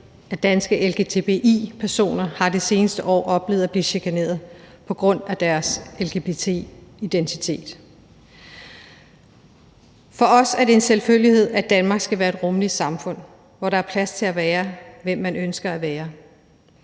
af danske lgbti-personer har det seneste år oplevet at blive chikaneret på grund af deres lgbti-identitet. For os er det en selvfølgelighed, at Danmark skal være et rummeligt samfund, hvor der er plads til at være, hvem man ønsker at være.